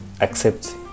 accept